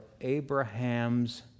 Abraham's